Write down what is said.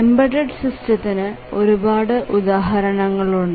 embedded സിസ്റ്റത്തിന് ഒരുപാട് ഉദാഹരണങ്ങളുണ്ട്